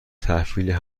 تحویل